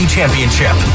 Championship